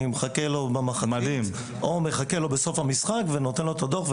אני מחכה לו בחוץ או בסוף המשחק ונותן לו את הדוח,